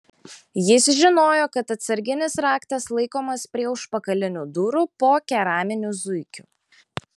jis žinojo kad atsarginis raktas laikomas prie užpakalinių durų po keraminiu zuikiu